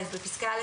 - בפסקה (א),